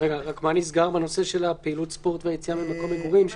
נסגר בנושא של פעילות ספורט ויציאה ממקום מגורים?